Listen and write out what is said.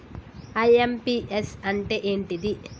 IMPS అంటే ఏంటిది?